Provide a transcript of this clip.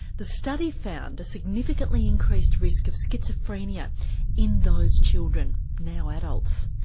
the study found a significantly increased risk of schizophrenia in those children, now adults.